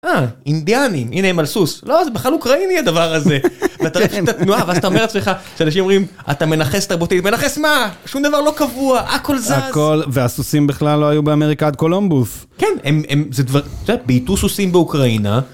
אה אינדיאנים הנה הם על סוס, לא זה בכלל אוקראיני הדבר הזה… ואתה רואה את התנועה ואז אתה אומר לעצמך, שאנשים אומרים ׳אתה מנכס תרבותית׳, מנכס מה? שום דבר לא קבוע הכל זז - הכל והסוסים בכלל לא היו באמריקה עד קולומבוס. - כן הם הם.. זה.. בייתו סוסים באוקראינה.